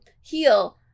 heal